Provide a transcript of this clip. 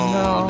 no